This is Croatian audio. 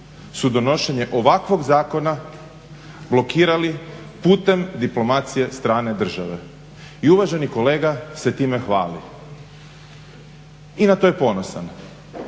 su donošenje ovakvog zakona blokirali putem diplomacije strane države i uvaženi kolega se time hvali i na to je ponosan.